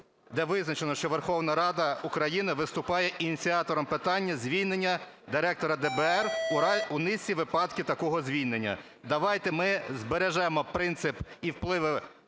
де визначено, що Верховна Рада України вступає ініціатором питання звільнення Директора ДБР у низці випадків такого звільнення. Давайте ми збережемо принцип і впливи